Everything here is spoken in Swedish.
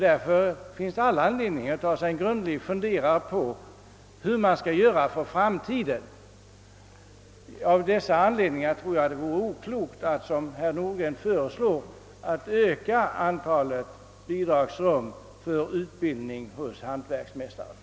Därför finns det all anledning att ta sig en grundlig funderare på hur man skall göra för framtiden. Av dessa anledningar tror jag att det vore oklokt att, som herr Nordgren föreslår, öka antalet bidragsrum för utbildning hos hantverksmästarna.